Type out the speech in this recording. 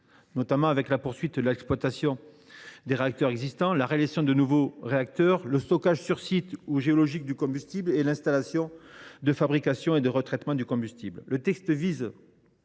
notamment par la poursuite de l’exploitation des réacteurs existants, la réalisation de nouveaux réacteurs, le stockage géologique ou sur site du combustible, et la création d’installations de fabrication et de retraitement du combustible. Le texte vise